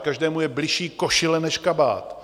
Každému je bližší košile než kabát.